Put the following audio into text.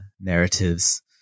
narratives